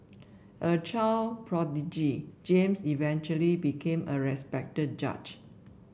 a child prodigy James eventually became a respected judge